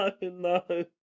no